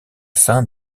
sein